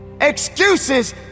Excuses